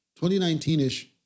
2019-ish